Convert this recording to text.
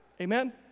Amen